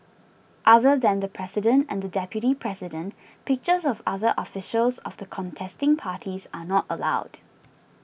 other than the president and the deputy president pictures of other officials of the contesting parties are not allowed